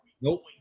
Nope